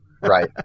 Right